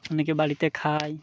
অনেকে বাড়িতে খাই